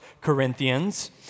Corinthians